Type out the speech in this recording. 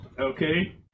Okay